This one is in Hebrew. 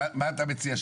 מה אתה מציע?